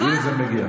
הינה זה מגיע.